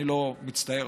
אני מצטער,